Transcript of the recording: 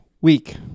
week